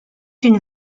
une